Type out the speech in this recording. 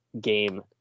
game